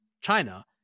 China